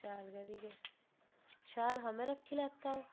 शैल हा में रक्खी लैता ओह्